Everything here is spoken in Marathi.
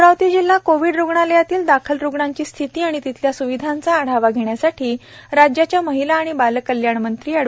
अमरावती जिल्हा कोविड रुग्णालयातील दाखल रूग्णांची स्थिती आणि तिथल्या स्विधांचा आढावा घेण्यासाठी राज्याच्या महिला आणि बालकल्याण मंत्री अँड